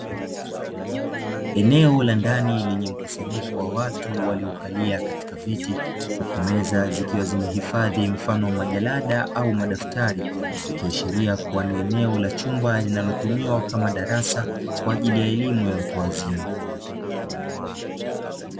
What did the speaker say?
Eneo la ndani lenye mkusanyiko watu waliokalia katika viti huku meza zikiwa zimehifadhi mfano wa majalada au madaftari, ikiashiria kuwa ni eneo la chumba linalotumiwa kama darasa kwa ajili ya elimu ya watu wazima.